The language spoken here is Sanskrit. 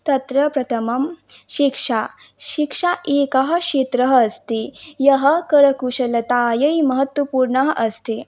तत्र प्रथमं शिक्षा शिक्षा एकः क्षेत्रः अस्ति यः करकुशलतायै महत्वपूर्णः अस्ति